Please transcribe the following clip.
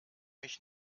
mich